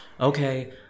Okay